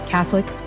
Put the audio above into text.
Catholic